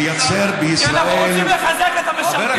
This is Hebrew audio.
לייצר בישראל, כי אנחנו רוצים לחזק את המשרתים?